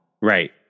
Right